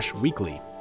weekly